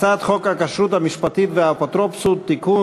הצעת חוק הכשרות המשפטית והאפוטרופסות (תיקון,